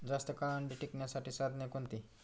जास्त काळ अंडी टिकवण्यासाठी साधने कोणती?